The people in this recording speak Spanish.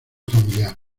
familiar